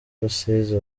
rusizi